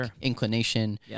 inclination